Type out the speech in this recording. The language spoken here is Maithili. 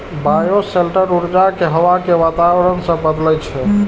बायोशेल्टर ऊर्जा कें हवा के वातावरण सं बदलै छै